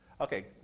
Okay